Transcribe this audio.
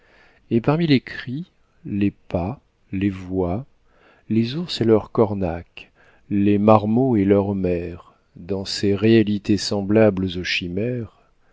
et parmi les cris les pas les voix les ours et leurs cornacs les marmots et leurs mères dans ces réalités semblables aux chimères